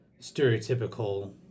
stereotypical